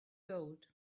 gold